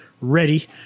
ready